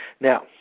Now